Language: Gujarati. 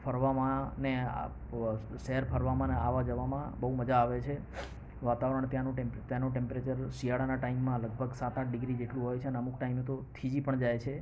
ફરવામાં ને આ શહેર ફરવામાં ને આવવા જાવામાં બહુ મજા આવે છે વાતાવરણ ત્યાંનું ત્યાંનું ટેમ્પરેચર શિયાળાના ટાઈમમાં લગભગ સાત આઠ ડિગ્રી જેટલું હોય છે અને અમુક ટાઈમે તો થીજી પણ જાય છે